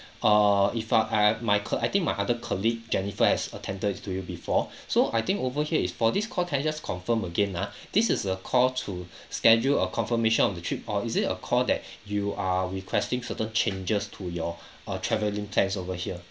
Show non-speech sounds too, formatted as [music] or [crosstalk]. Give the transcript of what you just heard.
err if I add my col~ I think my other colleague jennifer has attended to you before [breath] so I think over here is for this call can I just confirm again ah this is a call to [breath] schedule a confirmation of the trip or is it a call that [breath] you are requesting certain changes to your [breath] uh travelling plans over here